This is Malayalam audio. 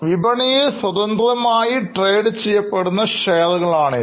വിപണിയിൽ സ്വതന്ത്രമായി ട്രേഡ് ചെയ്യപ്പെടുന്ന ഷെയറുകൾ ആണ് ഇവ